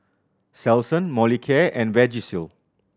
Selsun Molicare and Vagisil